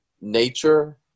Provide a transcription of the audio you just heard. nature